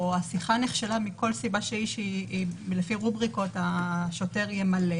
או שהשיחה נכשלה מכל סיבה לפי רובריקות השוטר ימלא